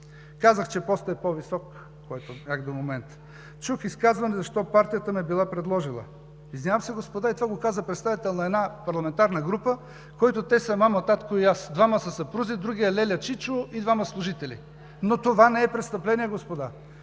този, на който бях до момента. Чух изказване: защо партията ме била предложила? Извинявам се, господа, и това го каза представител на една парламентарна група, в която те са мама, татко и аз – двама са съпрузи, другият леля, чичо и двама служители. Но това не е престъпление, господа.